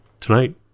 tonight